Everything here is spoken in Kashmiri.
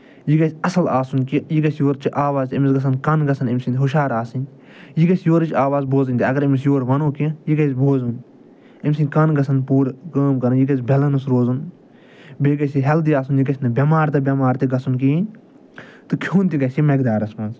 یہِ گژھِ اَصٕل آسُن کہِ یہِ گژھِ یورٕچہِ آواز أمِس گژھَن کَن گژھَن أمۍ سٕنٛدۍ ہُشار آسٕنۍ یہِ گژھِ یورٕچ آواز بوزٕنۍ تہِ اَگر أمِس یورٕ وَنو کیٚنٛہہ یہِ گژھِ بوزُن أمۍ سٕنٛدۍ کَن گژھَن پوٗرٕ کٲم کَرٕنۍ یہِ گژھِ بیلَنٕس روزُن بیٚیہِ گژھِ یہِ ہٮ۪لدی آسُن یہِ گژھِ نہٕ بٮ۪مار تہٕ بٮ۪مار تہِ گژھُن کِہیٖنۍ تہٕ کھیوٚن تہِ گژھِ یہِ مٮ۪قدارَس منٛز